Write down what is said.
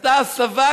ועשתה הסבה,